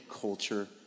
culture